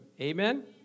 Amen